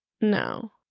no